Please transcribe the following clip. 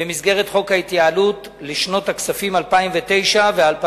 במסגרת חוק ההתייעלות לשנות הכספים 2009 ו-2010.